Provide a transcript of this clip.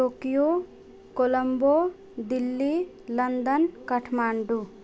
Tokyo Colombo Delhi London Kathmandu